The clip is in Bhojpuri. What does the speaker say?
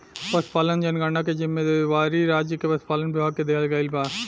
पसुपालन जनगणना के जिम्मेवारी राज्य के पसुपालन विभाग के दिहल गइल बा